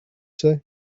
say